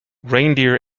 reindeer